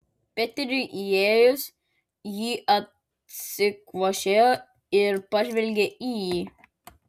peteriui įėjus ji atsikvošėjo ir pažvelgė į jį